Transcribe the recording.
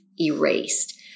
erased